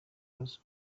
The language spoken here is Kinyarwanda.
rose